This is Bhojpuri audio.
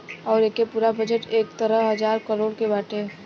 अउर एके पूरा बजट एकहतर हज़ार करोड़ के बाटे